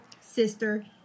sister